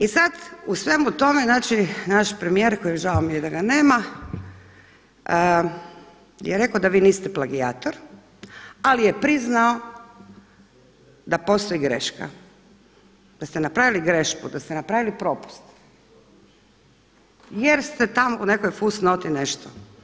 I sada u svemu tome znači naš premijer koji, žao mi je da ga nema, je rekao da vi niste plagijator, ali je priznao da postoji greška, da ste napravili grešku, da ste napravili propust jer ste tamo u nekoj fusnoti nešto.